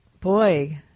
boy